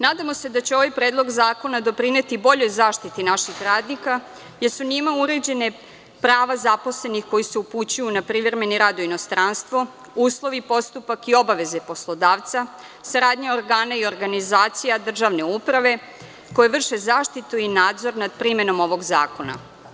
Nadamo se da će ovaj Predlog zakona doprineti boljoj zaštiti naših radnika, jer su njime uređena prava zaposlenih koji se upućuju na privremeni rad u inostranstvo, uslovi, postupak i obaveze poslodavca, saradnja organa i organizacija državne uprave koje vrše zaštitu i nadzor nad primenom ovog zakona.